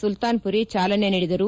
ಸುಲ್ತಾನ್ಪುರಿ ಜಾಲನೆ ನೀಡಿದರು